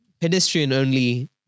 pedestrian-only